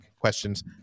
questions